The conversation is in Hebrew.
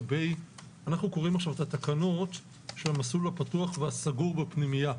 אנחנו קוראים עכשיו את התקנות של המסלול הפתוח והסגור בפנימייה,